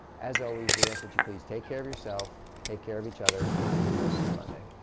as always, we ask that you please take care of yourself, take care of each other, and we will see you monday.